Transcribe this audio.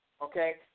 okay